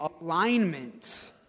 alignment